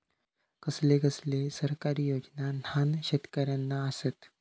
कसले कसले सरकारी योजना न्हान शेतकऱ्यांना आसत?